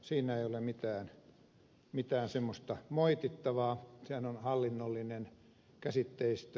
siinä ei ole mitään moitittavaa sehän on hallinnollinen käsitteistö